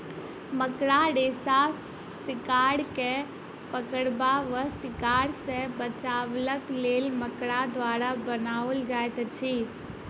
मकड़ा रेशा शिकार के पकड़बा वा शिकार सॅ बचबाक लेल मकड़ा द्वारा बनाओल जाइत अछि